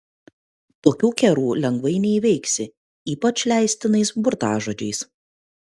tokių kerų lengvai neįveiksi ypač leistinais burtažodžiais